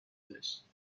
داشت